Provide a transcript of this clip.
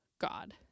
God